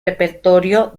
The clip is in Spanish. repertorio